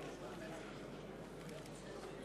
חברי הכנסת, אני מבקש לחזור למקומות.